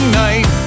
night